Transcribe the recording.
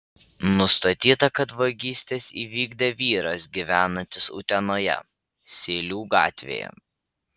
nustatyta kad vagystes įvykdė vyras gyvenantis utenoje sėlių gatvėje